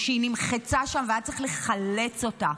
שהיא נמחצה שם והיה צריך לחלץ אותה.